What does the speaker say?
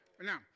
Now